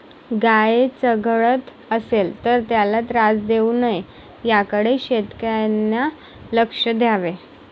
गाय चघळत असेल तर त्याला त्रास देऊ नये याकडे शेतकऱ्यांनी लक्ष द्यावे